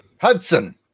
Hudson